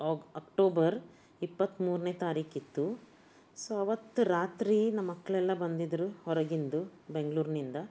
ಅಕ್ ಅಕ್ಟೋಬರ್ ಇಪ್ಪತ್ತ್ಮೂರನೇ ತಾರೀಕಿತ್ತು ಸೊ ಆವತ್ತು ರಾತ್ರಿ ನಮ್ಮ ಮಕ್ಕಳೆಲ್ಲ ಬಂದಿದ್ದರು ಹೊರಗಿಂದ ಬೆಂಗಳೂರಿನಿಂದ